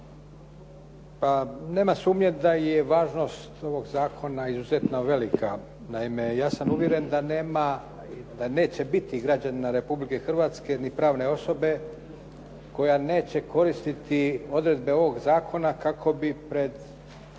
Nema sumnje da je važnost ovog zakona izuzetno velika. Naime, ja sam uvjeren da neće biti građanina Republike Hrvatske ni pravne osobe koja neće koristiti odredbe ovog zakona kako bi pred